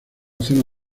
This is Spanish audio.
zona